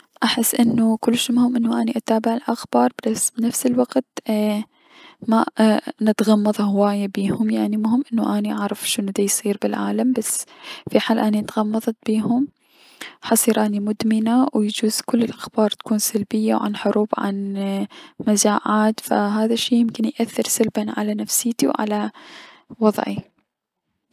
احس انو كلش مهم انو اتابع الأخبتر بس بنفس الوقت ما نتغمض هواية بيهم يعني مهم انه اعرف شنو ديصير بلعالم بس اذا تغمضت هواية بيهم حصير اني مدمنة و يجوز كل الأخبار تكون سلبية عن حروب عن اي- مجاعات فهذا الشي ممكن انو يأثر سلبا على نفسيتي و على- على وظعي.